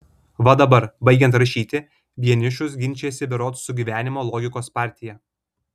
va dabar baigiant rašyti vienišius ginčijasi berods su gyvenimo logikos partija